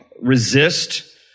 resist